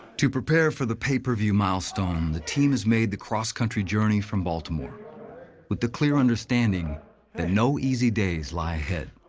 to prepare for the pay-per-view milestone, the team has made the cross-country journey from baltimore with the clear understanding that no easy days lie ahead.